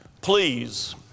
Please